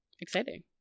Exciting